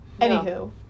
Anywho